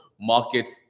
markets